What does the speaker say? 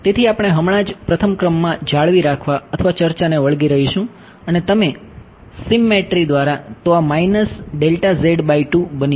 તેથી આપણે હમણાં જ પ્રથમ ક્રમમાં જાળવી રાખવા અથવા ચર્ચાને વળગી રહીશું અને સિમમેટ્રી દ્વારા તો આ બની જશે